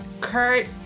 kurt